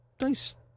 nice